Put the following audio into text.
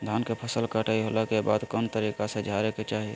धान के फसल कटाई होला के बाद कौन तरीका से झारे के चाहि?